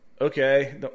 Okay